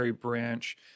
branch